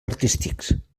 artístics